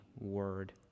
Word